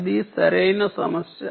అది సరైన సమస్య